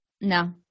No